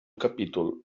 capítol